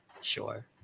sure